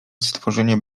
stworzenie